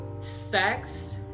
sex